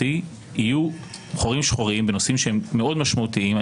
יהיו חורים שחורים בנושאים שהם מאוד משמעותיים,